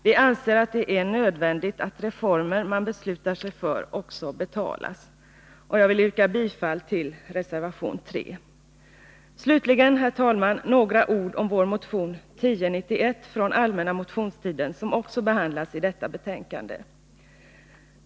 Vi anser att det är nödvändigt att reformen man beslutar sig för också betalas. Jag vill yrka bifall till reservation 3. Slutligen, herr talman, några ord om vår motion 1091 från allmänna motionstiden, som också behandlas i detta betänkande.